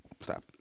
Stop